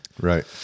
Right